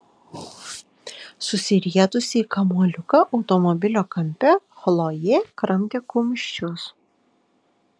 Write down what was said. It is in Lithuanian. susirietusi į kamuoliuką automobilio kampe chlojė kramtė kumščius